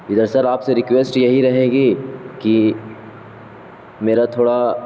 ادھر سر آپ سے ریکویسٹ یہی رہے گی کہ میرا تھوڑا